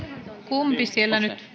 kumpi siellä nyt